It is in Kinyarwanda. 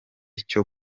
cyo